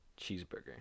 Cheeseburger